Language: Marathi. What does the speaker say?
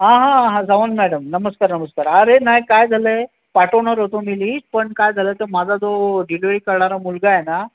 हां हां हां सावंत मॅडम नमस्कार नमस्कार अरे नाही काय झालं आहे पाठवणार होतो मी लिस्ट पण काय झालं तो माझा जो डिलीवरी करणारा मुलगा आहे ना